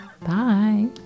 Bye